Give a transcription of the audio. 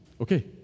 Okay